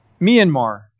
Myanmar